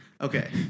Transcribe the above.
Okay